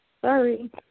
Sorry